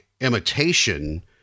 imitation